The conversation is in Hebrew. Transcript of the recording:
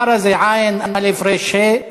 עארה זה עי"ן, אל"ף, רי"ש, ה"א.